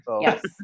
Yes